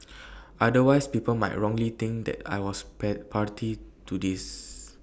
otherwise people might wrongly think that I was pair party to this